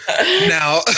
Now